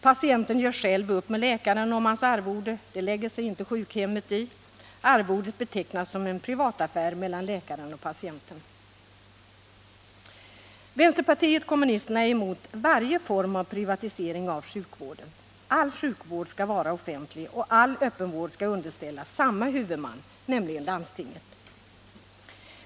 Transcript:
Patienten gör själv upp med läkaren om hans arvode — det lägger sig inte sjukhemmet i. Arvodet betecknas som en privataffär mellan läkaren och patienten. Vänsterpartiet kommunisterna är emot varje form av privatisering av sjukvården. All sjukvård skall vara offentlig, och all öppenvård skall underställas samma huvudman, nämligen landstinget.